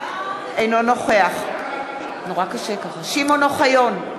אינו נוכח שמעון אוחיון,